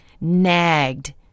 nagged